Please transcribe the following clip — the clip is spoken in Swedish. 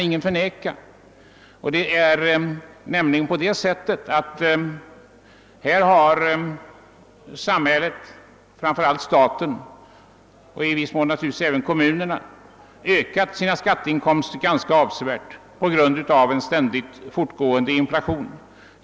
Samhället — framför allt staten men i viss mån naturligtvis även kommunerna — har ökat sina skatteinkomster avsevärt på grund av den ständigt fortgående inflationen.